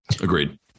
Agreed